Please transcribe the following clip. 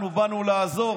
אנחנו באנו לעזור